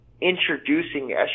introducing